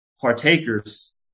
partakers